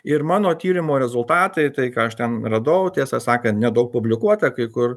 ir mano tyrimo rezultatai tai ką aš ten radau tiesą sakant nedaug publikuota kai kur